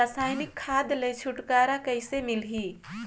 रसायनिक खाद ले छुटकारा कइसे मिलही?